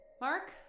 Mark